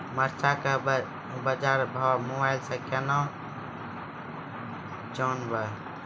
मरचा के बाजार भाव मोबाइल से कैनाज जान ब?